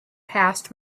past